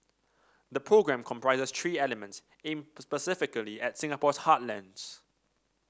the programme comprises three elements aimed specifically at Singapore's heartlands